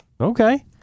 Okay